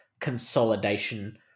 consolidation